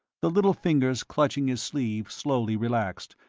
the little fingers clutching his sleeve slowly relaxed,